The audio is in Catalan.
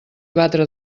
batre